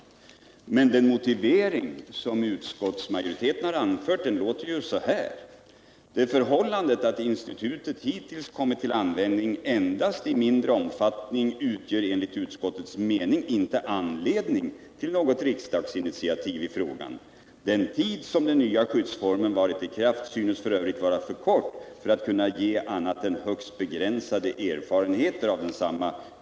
Men den motivering som utskottsmajoriteten har anfört låter så här: ”Det förhållandet att institutet hittills kommit till användning endast i mindre omfattning utgör enligt utskottets mening inte anledning till något riksdagsinitiativ i frågan. Den tid som den nya skyddsformen varit i kraft synes f.ö. vara för kort för att kunna ge annat än högst begränsade erfarenheter av densamma.